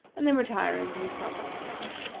and then retiring to his proper place.